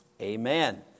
amen